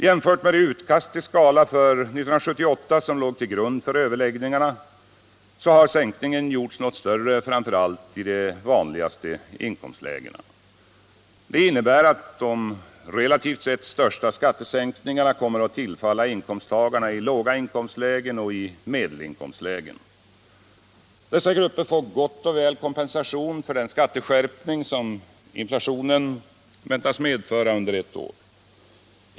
Jämfört med det utkast till skala för 1978 som låg till grund för överläggningarna har sänkningen gjorts något större, framför allt i de vanligaste inkomstlägena. Det innebär att de relativt sett största skattesänkningarna kommer att tillfalla inkomsttagarna i låga inkomstlägen och medelinkomstlägen. Dessa grupper får gott och väl kompensation för den skatteskärpning som inflationen kan väntas medföra under ett år.